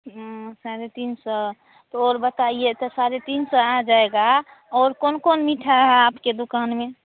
साढ़े तीन सौ तो और बताइए तो साढ़े तीन सौ आ जाएगा और कौन कौन मिठाई है आपकी दुकान में